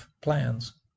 Plans